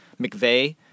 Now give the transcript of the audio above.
McVeigh